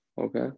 Okay